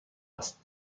است